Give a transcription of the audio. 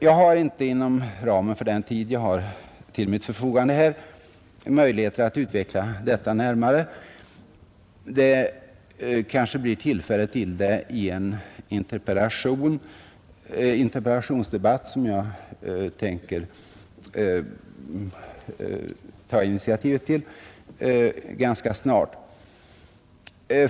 Jag har inte inom ramen för den tid jag har till mitt förfogande här möjlighet att närmare utveckla detta. Kanske det blir tillfälle till det i en interpellationsdebatt som jag tänker ta initiativ till ganska snart.